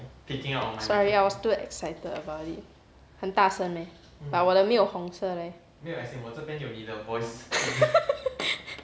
sorry I was too excited about it 很大声 meh but 我的没有红色 leh